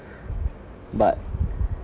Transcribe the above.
but